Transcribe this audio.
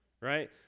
Right